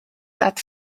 that